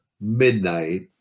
midnight